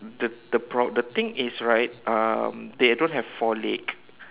the the pro~ the things is right um they don't have four leg